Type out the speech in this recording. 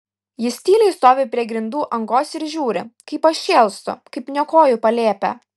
jis tyliai stovi prie grindų angos ir žiūri kaip aš šėlstu kaip niokoju palėpę